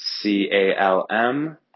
C-A-L-M